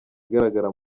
igaragara